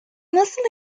nasıl